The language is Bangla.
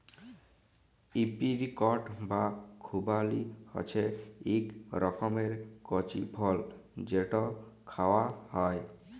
এপিরিকট বা খুবালি হছে ইক রকমের কঁচি ফল যেট খাউয়া হ্যয়